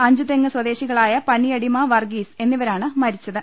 അഞ്ചുതെങ്ങ് സ്വദേ ശികളായ പനിയടിമ വർഗീസ് എന്നിപ്പരാണ് മരിച്ചത്